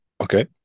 Okay